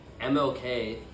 mlk